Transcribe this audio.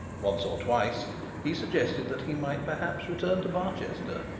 once or twice he suggested that he might perhaps return to barchester.